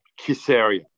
Kisaria